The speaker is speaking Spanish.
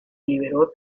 liberó